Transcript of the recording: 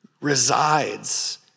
resides